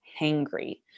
hangry